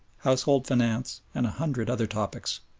household finance, and a hundred other topics.